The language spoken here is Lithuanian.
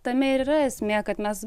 tame ir yra esmė kad mes